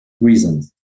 reasons